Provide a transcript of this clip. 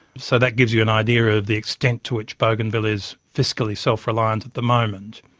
so that gives you an idea of the extent to which bougainville is fiscally self-reliant at the moment.